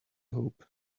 hope